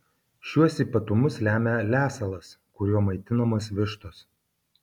šiuos ypatumus lemia lesalas kuriuo maitinamos vištos